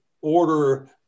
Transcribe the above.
order